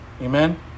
Amen